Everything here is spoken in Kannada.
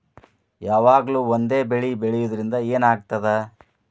ಯಾವಾಗ್ಲೂ ಒಂದೇ ಬೆಳಿ ಬೆಳೆಯುವುದರಿಂದ ಏನ್ ಆಗ್ತದ?